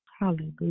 Hallelujah